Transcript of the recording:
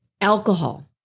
alcohol